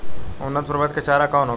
उन्नत प्रभेद के चारा कौन होखे?